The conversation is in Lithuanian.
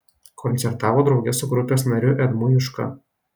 koncertavo drauge su grupės nariu edmu juška